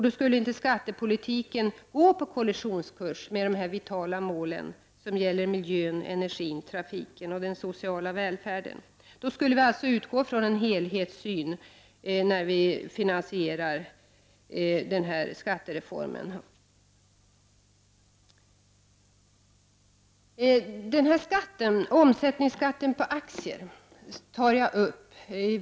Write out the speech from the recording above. Då går inte skattepolitiken på kollisionskurs med vitala mål för miljön, energin, trafiken och den sociala välfärden. Då skulle vi utgå från en helhetssyn vid finansieringen av skattereformen. Vidare har vi frågan om omsättningsskatten på aktier.